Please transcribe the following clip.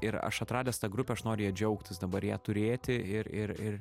ir aš atradęs tą grupę aš noriu ja džiaugtis dabar ją turėti ir ir ir